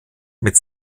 mit